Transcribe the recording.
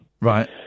Right